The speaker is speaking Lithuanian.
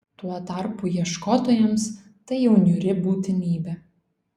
tuo tarpu ieškotojams tai jau niūri būtinybė